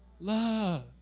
Love